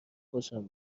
خوشم